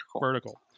vertical